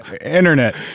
internet